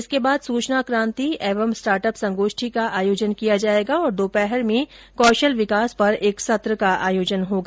इसके बाद सूचना काँति एवं स्टार्टअप संगोष्ठी का आयोजन किया जायेगा और दोपहर में कौशल विकास पर एक संत्र का आयोजन होगा